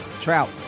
Trout